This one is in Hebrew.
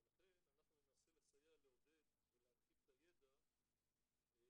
ולכן אנחנו ננסה לסייע לעודד ולהנחיל את הידע כדי